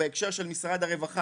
בהקשר של משרד הרווחה,